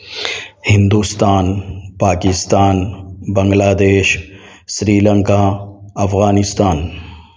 Hindustan Pakistan Bangladesh Sri Lanka Afghanistan